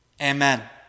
Amen